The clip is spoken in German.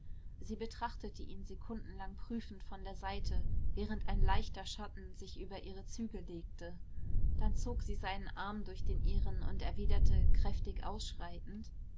sie betrachtete ihn sekundenlang prüfend von der seite während ein leichter schatten sich über ihre züge legte dann zog sie seinen arm durch den ihren und erwiderte kräftig ausschreitend